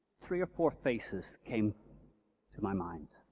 three or four faces came to my mind.